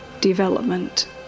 development